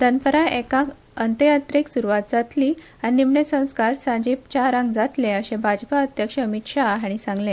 दानपर एकाक अंतयात्रेक सुरवात जातली आणि निमणे संस्कार सांचे चाराक जातले अशे भाजप अध्यक्ष अमित शाह हानी सांगले